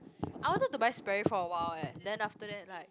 I wanted to buy Sperry for a while eh then after that like